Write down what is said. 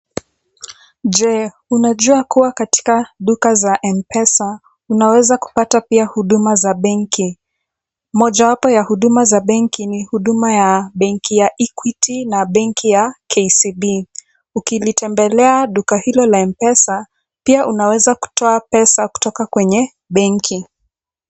Je, unajua kuwa katika duka za M-Pesa unaweza kupata pia huduma za benki?. Mojawapo ya huduma za benki ni huduma ya benki ya Equity na benki ya KCB. Ukilitembelea duka hilo la M-Pesa pia unaweza kutoa pesa kutoka kwenye benki.